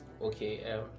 Okay